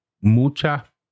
Muchas